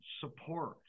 support